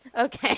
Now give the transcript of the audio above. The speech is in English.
Okay